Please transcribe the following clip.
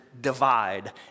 divide